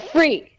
Free